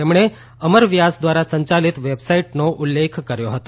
તેમણે અમર વ્યાસદ્વારા સંચાલિત વેબસાઇટનો ઉલ્લેખ કર્યો હતો